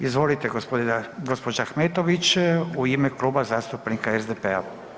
Izvolite gospođa Ahmetović u ime Kluba zastupnika SDP-a.